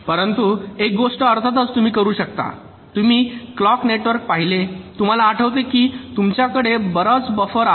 पण एक गोष्ट अर्थातच तुम्ही करू शकता तुम्ही क्लॉक नेटवर्क पाहिले तुम्हाला आठवते की तुमच्याकडे बर्याच बफर आहेत